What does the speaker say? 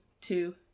two